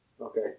Okay